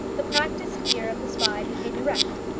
the practised ear of the spy became erect,